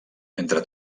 entre